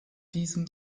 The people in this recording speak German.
diesem